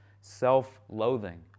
self-loathing